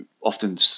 often